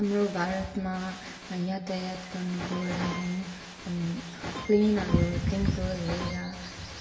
हाम्रो भारतमा यातायात गर्नुको लागि प्लेनहरू देखिन्को लिएर